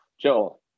Joel